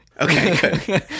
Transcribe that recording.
okay